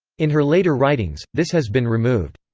in her later writings, this has been removed.